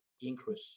increase